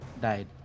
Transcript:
died